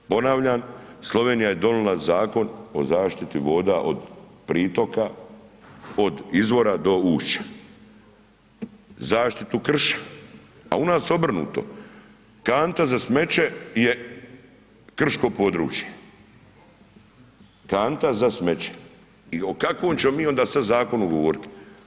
Ponavljam, Slovenija je donijela Zakon o zaštiti voda od pritoka, od izvora do ušća, zaštitu krša, a u nas obrnuto, kanta za smeće je krško područje, kanta za smeće i o kakvom ćemo mi onda zakonu govorit?